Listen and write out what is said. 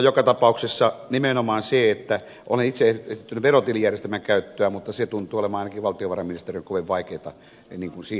joka tapauksessa nimenomaan olen itse esittänyt verotilijärjestelmän käyttöä mutta tuntuu olevan ainakin valtiovarainministeriön kovin vaikeata lähteä sitä toteuttamaan